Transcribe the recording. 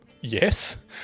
yes